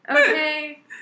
Okay